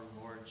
Lord